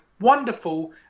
Wonderful